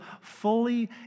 fully